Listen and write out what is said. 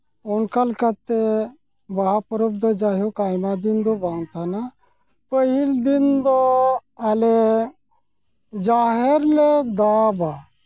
ᱚᱱᱠᱟ ᱞᱮᱠᱟᱛᱮ ᱵᱟᱦᱟ ᱯᱚᱨᱚᱵᱽ ᱫᱚ ᱡᱟᱭᱦᱳᱠ ᱟᱭᱢᱟ ᱫᱤᱱ ᱫᱚ ᱵᱟᱝ ᱠᱟᱱᱟ ᱯᱟᱹᱦᱤᱞ ᱫᱚ ᱟᱞᱮ ᱡᱟᱦᱮᱨ ᱞᱮ ᱫᱟᱵᱟ